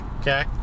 Okay